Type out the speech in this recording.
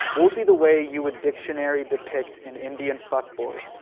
what would be the way you would dictionary-depict an indian fuckboy?